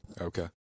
Okay